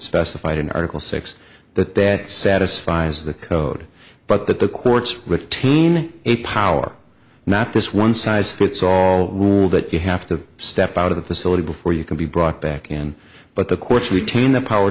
specified in article six that that satisfies the code but that the courts retain a power not this one size fits all but you have to step out of the facility before you can be brought back in but the courts retain the power